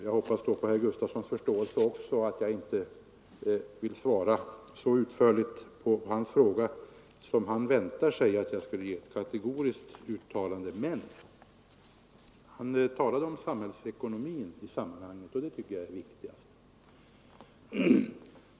Jag hoppas då också på herr Gustafsons förståelse om inte heller jag vill svara så utförligt på hans fråga som han kanske väntat sig, i form av ett kategoriskt uttalande. Men han uppehöll sig vid samhällsekonomin i det sammanhanget, och det tycker jag är det viktiga.